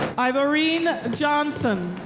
ivorine johnson.